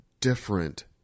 different